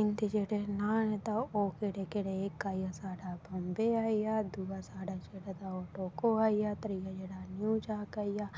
इं'दे जेह्ड़े नांऽ ते ओह् केह्ड़े केह्ड़े ते इक साढ़ा तां बम्बे आई गेआ ते दूआ जेह्ड़ा साढ़ा तां ओह् टोक्यो आई गेआ त्रीया जेह्ड़ा तां न्यूयॉर्क आई गेआ